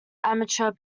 amateur